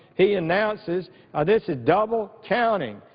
he announces ah this is double counting.